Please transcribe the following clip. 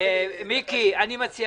אני מבקש